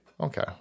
Okay